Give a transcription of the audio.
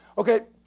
okay.